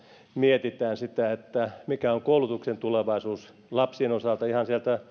mietitään sitä mikä on koulutuksen tulevaisuus lapsien osalta ihan sieltä